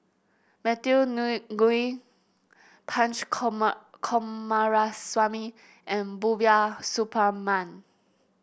Matthew Ngui Punch Coomaraswamy and Rubiah Suparman